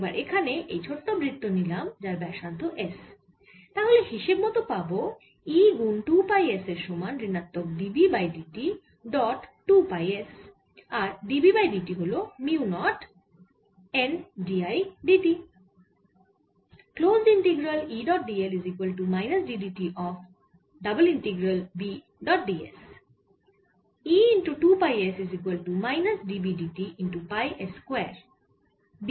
এবার এখানে এই ছোট বৃত্ত নিলাম যার ব্যাসার্ধ S তাহলে হিসেব মত পাবো E গুন 2 পাই S এর সমান ঋণাত্মক d B বাই dt ডট2 পাই S আর d B বাই dt হল mu naught n dI by dt